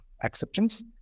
acceptance